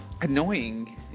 annoying